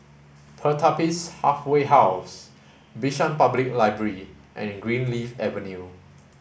Pertapis Halfway House Bishan Public Library and Greenleaf Avenue